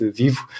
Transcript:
vivo